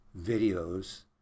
videos